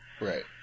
Right